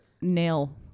nail